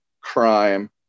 crime